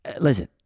Listen